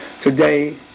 Today